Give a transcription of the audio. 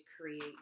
create